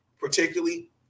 particularly